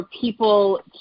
people